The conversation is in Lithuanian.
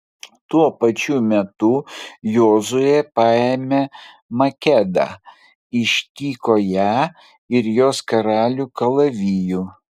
tuo pačiu metu jozuė paėmė makedą ištiko ją ir jos karalių kalaviju